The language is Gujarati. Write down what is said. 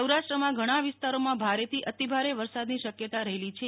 સૌરાષ્ટ્ર માં ઘણા વિસ્તારમાં ભારે થી અતિભારે વરસાદ ની શકયતા રહેલી છે